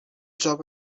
job